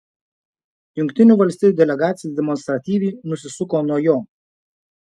jungtinių valstijų delegacija demonstratyviai nusisuko nuo jo